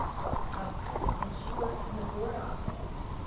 ah and she worked in the board office.